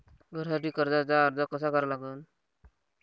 घरासाठी कर्जाचा अर्ज कसा करा लागन?